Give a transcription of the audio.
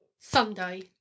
Sunday